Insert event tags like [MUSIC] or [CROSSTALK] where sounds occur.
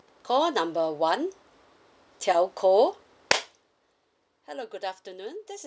call number one telco [NOISE] hello good afternoon this